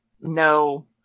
No